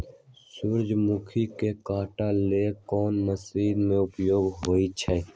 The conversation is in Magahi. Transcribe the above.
सूर्यमुखी के काटे ला कोंन मशीन के उपयोग होई छइ?